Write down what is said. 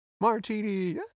martini